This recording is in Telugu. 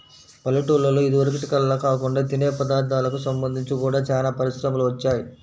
పల్లెటూల్లలో ఇదివరకటిల్లా కాకుండా తినే పదార్ధాలకు సంబంధించి గూడా చానా పరిశ్రమలు వచ్చాయ్